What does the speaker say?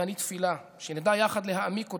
ואני תפילה שנדע יחד להעמיק אותה,